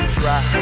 try